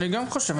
אני גם חושב.